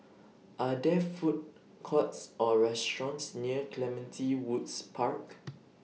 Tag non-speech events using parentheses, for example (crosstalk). Are There Food Courts Or restaurants near Clementi Woods Park (noise)